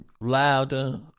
louder